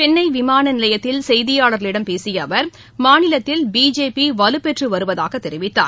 சென்னை விமான நிலையத்தில் செய்தியாளர்களிடம் பேசிய அவர் மாநிலத்தில் பிஜேபி வலுப்பெற்று வருவதாக தெரிவித்தார்